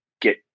get